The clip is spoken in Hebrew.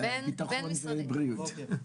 ביטחון ובריאות.